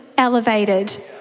Elevated